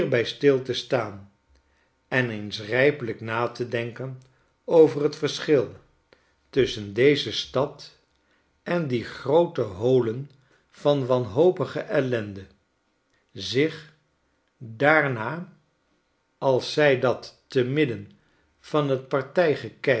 stil te staan en eens rijpelijk na te denken over t verschil tusschen deze stad en die groote holen van wanhopige ellende zich daarna als zij dat te midden van t